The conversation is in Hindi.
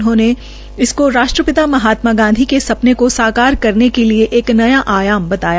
उन्होंने इसको राष्ट्रपिता महात्मा गांधी के सपने को साकार करने के लिए एक नया आयाम बताया